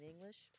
English